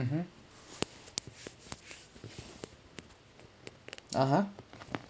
(uh huh) (uh huh)